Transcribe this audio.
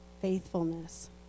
faithfulness